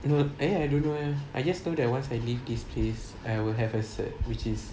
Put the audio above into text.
you know actually I don't know leh I just know that once I leave this place I will have a cert which is